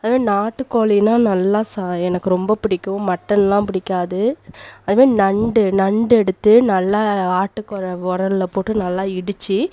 அதே நாட்டுக்கோழின்னா நல்லா சா எனக்கு ரொம்ப பிடிக்கும் மட்டன்லாம் பிடிக்காது அதுவும் நண்டு நண்டு எடுத்து நல்லா ஆட்டு கொழ உரல்ல போட்டு நல்லா இடித்து